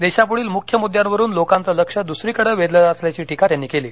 देशापुढील मुख्य मुद्यांवरुन लोकांच लक्ष्य द्सरीकडे वेधलं जात असल्याची टिका त्यांनी केली